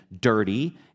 dirty